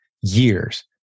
years